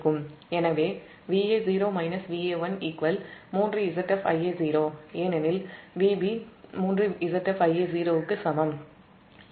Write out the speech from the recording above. எனவே Va0 Va1 3 ZfIa0 ஏனெனில் Vb 3Zf Ia0 க்கு சமம்